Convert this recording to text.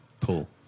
Paul